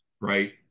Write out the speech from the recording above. right